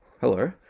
hello